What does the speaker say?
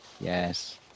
Yes